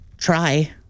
Try